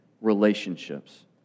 relationships